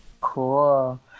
Cool